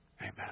Amen